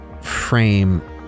frame